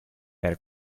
per